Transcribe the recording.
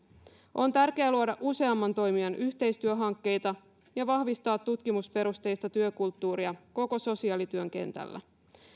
on tärkeää luoda useamman toimijan yhteistyöhankkeita ja vahvistaa tutkimusperusteista työkulttuuria koko sosiaalityön kentällä